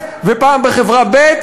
ופעם בחברה ב',